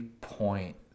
point